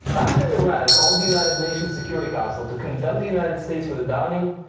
after iran called the united nations security council to condemn the united states for the downing,